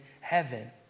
heaven